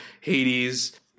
Hades